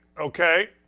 okay